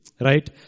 Right